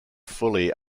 fully